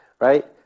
right